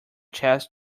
chess